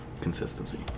consistency